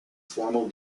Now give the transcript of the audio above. formal